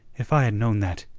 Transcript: if i had known that,